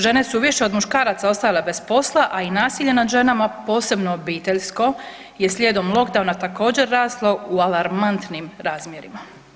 Žene su više od muškaraca ostajale bez posla, a i nasilje nad ženama posebno obiteljsko je slijedom lockdowna također raslo u alarmantnim razmjerima.